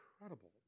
incredible